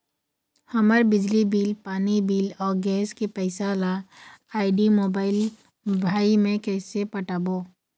हमर बिजली बिल, पानी बिल, अऊ गैस के पैसा ला आईडी, मोबाइल, भाई मे कइसे पटाबो?